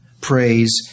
praise